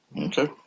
Okay